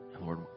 Lord